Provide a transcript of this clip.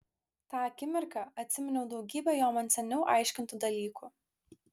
tą akimirką atsiminiau daugybę jo man seniau aiškintų dalykų